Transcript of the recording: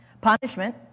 punishment